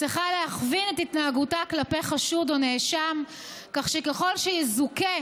צריכה להכווין את התנהגותה כלפי חשוד או נאשם כך שככל שיזוכה